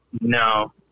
No